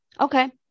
Okay